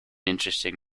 interesting